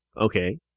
Okay